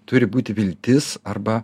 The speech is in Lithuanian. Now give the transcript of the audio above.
turi būti viltis arba